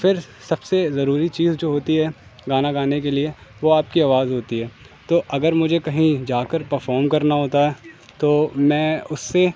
پھر سب سے ضروری چیز جو ہوتی ہے گانا گانے کے لیے وہ آپ کی آواز ہوتی ہے تو اگر مجھے کہیں جا کر پرفام کرنا ہوتا ہے تو میں اس سے